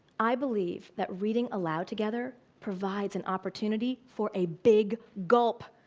i believe that reading aloud together provides an opportunity for a big gulp.